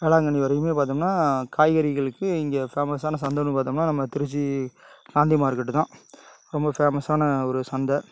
வேளாங்கண்ணி வரையுமே பார்த்தம்னா காய்கறிகளுக்கு இங்கே ஃபேமசான சந்தைனு பார்த்தம்னா நம்ம திருச்சி காந்தி மார்க்கெட்டு தான் ரொம்ப ஃபேமசான ஒரு சந்தை